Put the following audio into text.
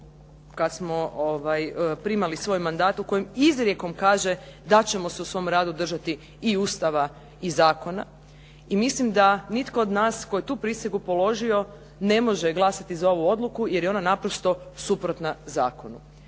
kad smo primali svoj mandat u kojem izrijekom kaže da ćemo se u svom radu držati i Ustava i zakona i mislim da nitko od nas koji je tu prisegu položio ne može glasati za ovu odluku jer je ona naprosto suprotna zakonu.